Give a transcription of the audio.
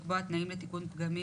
מי שקובע את הסמל זה מועצת הרבנות